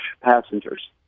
passengers